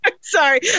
Sorry